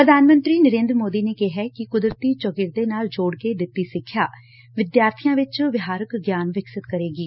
ਪ੍ਰਧਾਨ ਮੰਤਰੀ ਨਰੇਂਦਰ ਮੋਦੀ ਨੇ ਕਿਹੈ ਕਿ ਕੁਦਰਤੀ ਚੌਗਿਰਦੇ ਨਾਲ ਜੋੜਕੇ ਦਿੱਤੀ ਸਿੱਖਿਆ ਵਿਦਿਆਰਬੀਆਂ ਵਿਚ ਵਿਹਾਰਕ ਗਿਆਨ ਵਿਕਸਿਤ ਕਰੇਗੀ